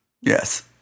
Yes